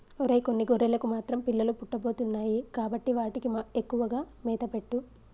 ఒరై కొన్ని గొర్రెలకు మాత్రం పిల్లలు పుట్టబోతున్నాయి కాబట్టి వాటికి ఎక్కువగా మేత పెట్టు